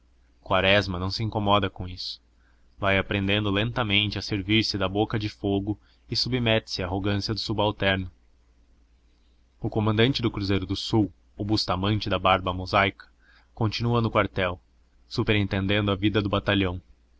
quaresma não se incomoda com isso vai aprendendo lentamente a servir se da boca de fogo e submete se à arrogância do subalterno o comandante do cruzeiro do sul o bustamente da barba mosaica continua no quartel superintendendo a vida do batalhão